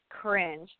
cringe